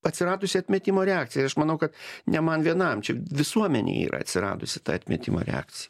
atsiradusi atmetimo reakcija aš manau kad ne man vienam čia visuomenei yra atsiradusi ta atmetimo reakcija